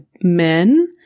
men